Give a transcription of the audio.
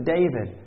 David